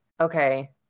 okay